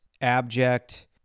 abject